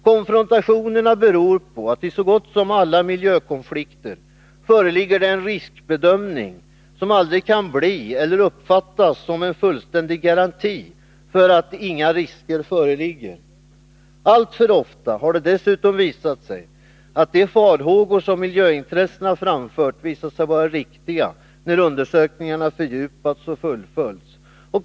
Konfrontationerna beror på att i så gott som alla miljökonflikter föreligger en riskbedömning som aldrig kan utgöra en fullständig garanti för att inga risker föreligger. Alltför ofta har dessutom de farhågor som miljöintressena givit uttryck åt visat sig vara riktiga, när undersökningarna fördjupats och fullföljts.